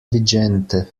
vigente